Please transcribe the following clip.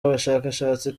abashakashatsi